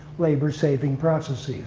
labor-saving processes.